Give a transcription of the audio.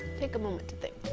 take a moment to think.